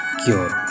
cure।